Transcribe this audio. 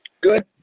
Good